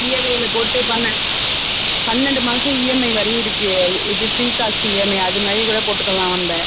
இஎம்ஐயில போட்டு பண்ண பன்னெண்டு மாதம் இஎம்ஐ வரி இருக்கு இது ஃப்ரீ காஸ்ட் இஎம்ஐ அது மாதிரி கூட போட்டுக்கலாம் நம்ப